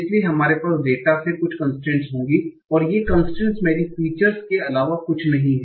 इसलिए हमारे पास डेटा से कुछ कन्स्ट्रेन्ट होंगी और ये कन्स्ट्रेन्ट मेरी फीचर्स के अलावा कुछ नहीं हैं